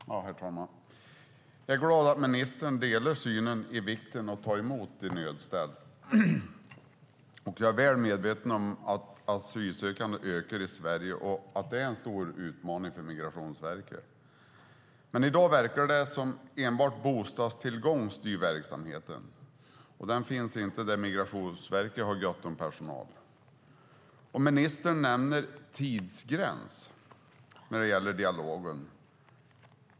Herr talman! Jag är glad att ministern delar synen på vikten av att ta emot de nödställda. Jag är väl medveten om att antalet asylsökande ökar i Sverige. Det är en stor utmaning för Migrationsverket. Men i dag verkar det som att det enbart är bostadstillgång som styr verksamheten. Och den tillgången finns inte där Migrationsverket har gott om personal. Ministern nämner detta med tidsgräns när det gäller dialogen.